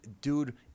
dude